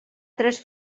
tres